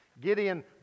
Gideon